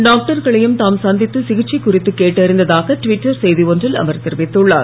டாக்டர்கனையும் தாம் சந்தித்து சிகிச்சை குறித்து கேட்டறிந்ததாக ட்விட்டர் செய்தி ஒன்றில் அவர் தெரிவித்துள்ளார்